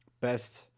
best